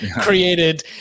created –